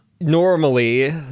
normally